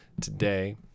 today